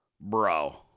Bro